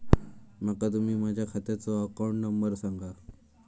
माका तुम्ही माझ्या खात्याचो अकाउंट नंबर सांगा?